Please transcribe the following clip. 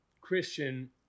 Christian